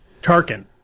Tarkin